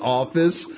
office